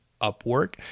Upwork